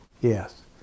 Yes